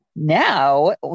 Now